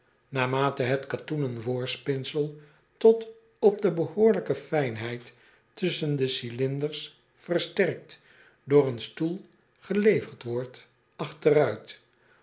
naarmate het katoenen voorspinsel tot op de behoorlijke fijnheid tusschen cylinders verstrekt door den stoel geleverd wordt